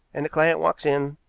and the client walks in.